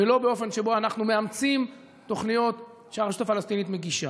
ולא באופן שבו אנחנו מאמצים תוכניות שהרשות הפלסטינית מגישה.